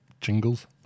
jingles